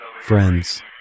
friends